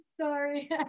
Sorry